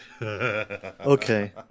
Okay